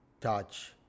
touch